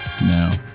No